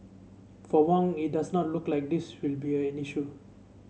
for Wong it does not look like this will be an issue